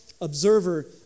observer